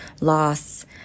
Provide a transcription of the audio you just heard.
loss